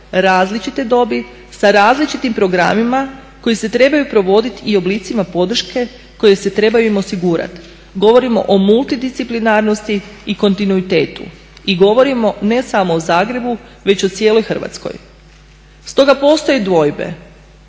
različite dobi sa različitim programima koji se trebaju provodit i oblicima podrške koje se trebaju im osigurat. Govorimo o multidisciplinarnosti i kontinuitetu i govorimo ne samo o Zagrebu već o cijeloj Hrvatskoj. Stoga postoje dvojbe